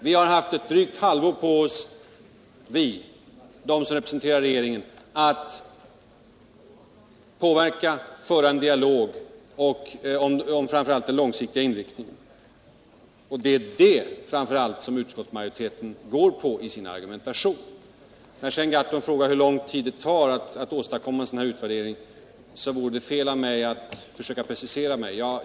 De som representerar regeringen har bara haft ett drygt halvår på sig att försöka påverka och föra en dialog om framför allt den långsiktiga inriktningen. Det är framför allt det som utskottsmajoriteten trycker på i sin argumentation. Sedan frägade Per Gahrton hur lång tid det tar att ästadkomma en utvärdering. Det vore fel av mig att precisera mig.